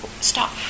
stop